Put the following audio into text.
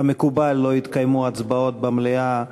כמקובל, לא יתקיימו הצבעות במליאה.